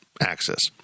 access